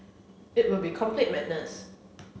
it would be complete madness